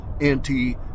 anti